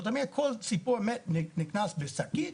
זאת אומרת, כל ציפור נכנסה בשקית,